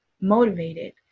motivated